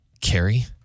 Carrie